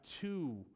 two